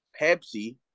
Pepsi